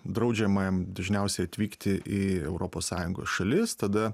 draudžiama jam dažniausiai atvykti į europos sąjungos šalis tada